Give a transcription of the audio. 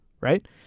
right